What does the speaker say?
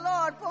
Lord